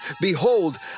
Behold